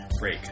break